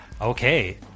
Okay